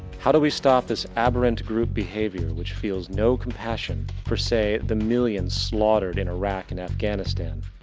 how do we stop this aberrant group behavior, which feels no compassion for say, the millions slaughtered in iraq and afghanistan,